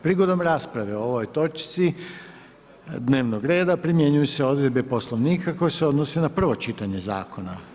Prigodom rasprave o ovoj točci dnevnog reda primjenjuju se odredbe Poslovnika koje se odnose na prvo čitanje zakona.